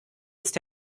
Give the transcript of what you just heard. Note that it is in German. ist